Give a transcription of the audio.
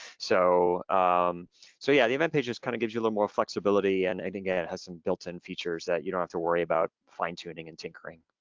so um so yeah, the event page just kind of gives you a little more flexibility and again, it has some built in features that you don't have to worry about fine tuning and tinkering.